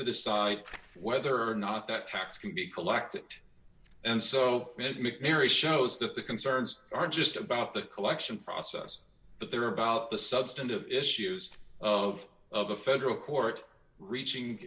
to decide whether or not that tax can be collected and so it mcnairy shows that the concerns are just about the collection process but there are about the substantive issues of of a federal court reaching